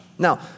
Now